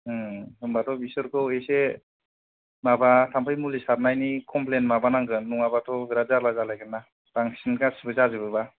होनबाथ' बिसोरखौ इसे माबा थाम्फै मुलि सारनायनि कम्फ्लेन माबा नांगोन नङाबाथ' बिराथ जारला जालायगोन ना बांसिन गासैबो जाजोबोबा